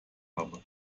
habe